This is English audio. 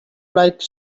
like